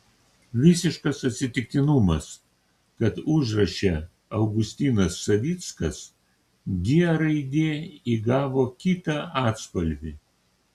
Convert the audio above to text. visiškas atsitiktinumas kad užraše augustinas savickas g raidė įgavo kitą atspalvį